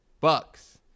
Bucks